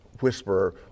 whisperer